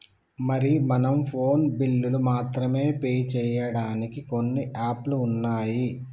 మరి మనం ఫోన్ బిల్లులు మాత్రమే పే చేయడానికి కొన్ని యాప్లు ఉన్నాయి